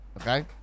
okay